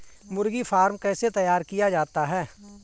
मुर्गी फार्म कैसे तैयार किया जाता है?